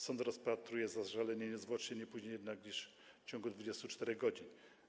Sąd rozpatruje zażalenie niezwłocznie, nie później jednak niż w ciągu 24 godzin.